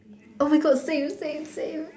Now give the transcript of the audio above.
oh my god same same same